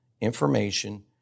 information